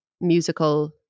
musical